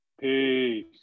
Peace